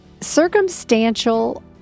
circumstantial